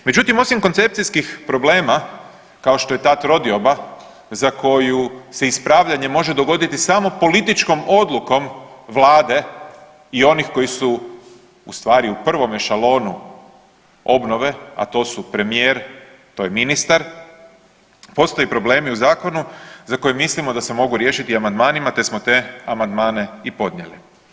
Međutim, osim koncepcijskih problema kao što je ta trodioba za koju se ispravljanje može dogoditi samo političkom odlukom vlade i onih koji su u stvari u prvome šalonu obnove, a to su premijer, to je ministar, postoje problemi u zakonu za koje mislimo da se mogu riješiti amandmanima, te smo te amandmane i podnijeli.